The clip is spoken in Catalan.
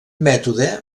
mètode